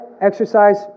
exercise